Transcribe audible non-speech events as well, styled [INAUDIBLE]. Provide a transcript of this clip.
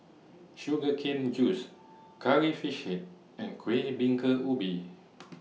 Sugar Cane Juice Curry Fish Head and Kueh Bingka Ubi [NOISE]